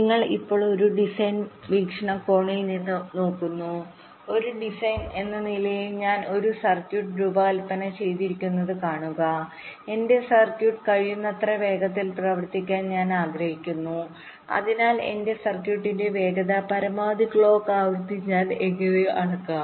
നിങ്ങൾ ഇപ്പോൾ ഒരു ഡിസൈൻ വീക്ഷണകോണിൽ നിന്ന് നോക്കുന്നു ഒരു ഡിസൈനർ എന്ന നിലയിൽ ഞാൻ ഒരു സർക്യൂട്ട് രൂപകൽപ്പന ചെയ്തിരിക്കുന്നത് കാണുക എന്റെ സർക്യൂട്ട് കഴിയുന്നത്ര വേഗത്തിൽ പ്രവർത്തിക്കാൻ ഞാൻ ആഗ്രഹിക്കുന്നു അതിനാൽ എന്റെ സർക്യൂട്ടിന്റെ വേഗത പരമാവധി ക്ലോക്ക് ആവൃത്തി ഞാൻ എങ്ങനെ അളക്കും